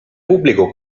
pubblico